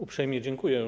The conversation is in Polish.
Uprzejmie dziękuję.